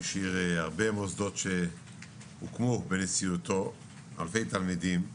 השאיר הרבה מוסדות שהוקמו בנשיאותו, אלפי תלמידים,